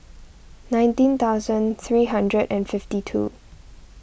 nineteen thousand three hundred and fifty two